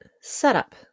setup